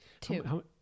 Two